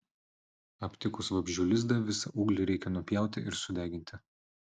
aptikus vabzdžių lizdą visą ūglį reikia nupjauti ir sudeginti